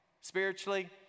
Spiritually